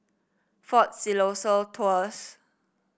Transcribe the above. Fort Siloso Tours